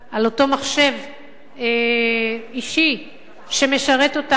אותו מחשב אישי שמשרת אותם